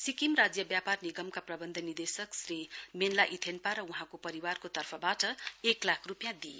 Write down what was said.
सिक्किम राज्य व्यापार निगमका प्रबन्ध निर्देशक श्री मेनला इथेन्पा र वहाँको परिवारको तर्फबाट एक लाख रूपियाँ दिइएको छ